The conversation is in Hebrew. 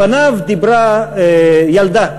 לפניו דיברה ילדה,